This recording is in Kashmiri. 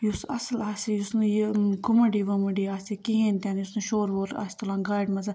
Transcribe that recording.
یُس اصٕل آسہِ یُس نہٕ یہِ کوٚمیٖڈی ووٚمیٖڈی آسہِ کِہیٖۍ تہِ نہٕ یُس نہٕ شور وور آسہِ تُلان گاڑِ منٛز